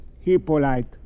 Hippolyte